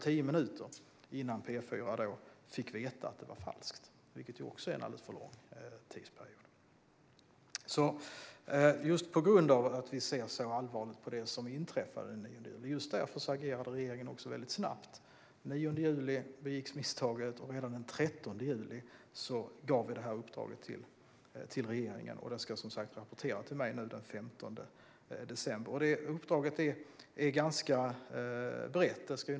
Tio minuter är en alldeles för lång tidsperiod. Vi ser allvarligt på det som inträffade. Just därför agerade regeringen väldigt snabbt. Den 9 juli begicks misstaget, och redan den 13 juli gav vi MSB det här uppdraget. De ska som sagt rapportera till mig den 15 december. Uppdraget är ganska brett.